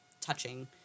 touching